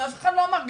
אף אחד לא אמר,